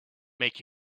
make